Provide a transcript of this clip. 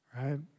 right